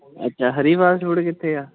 ਅੱਛਾ ਹਰੀਵਾਲ ਫੂਡ ਕਿੱਥੇ ਆ